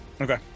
okay